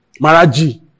Maraji